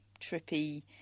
trippy